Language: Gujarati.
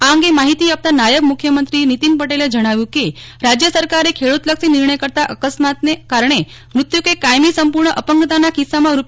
આ અંગે માહિતી આપતા નાયબ મુખ્યમંત્રી નિતિન પટેલે જણાવ્યું કે રાજય સરકારે ખેડૂત લક્ષી નિર્ણય કરતા અકસ્માતને કારણે મૃત્યુ કે કાયમી સંપૂર્ણ અપંગતાના કિસ્સામાં રૂ